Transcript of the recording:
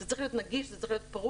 זה צריך להיות נגיש, זה צריך להיות פרוס,